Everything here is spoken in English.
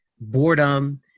boredom